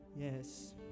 Yes